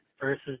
versus